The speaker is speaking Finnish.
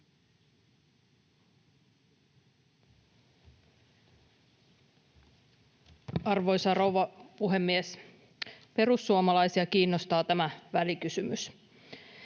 Arvoisa rouva puhemies! Perussuomalaisia kiinnostaa tämä välikysymys.